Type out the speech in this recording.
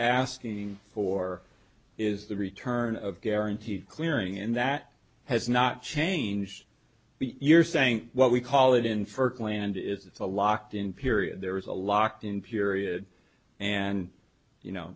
asking for is the return of guaranteed clearing and that has not changed you're saying what we call it inferred land it's a locked in period there is a locked in period and you know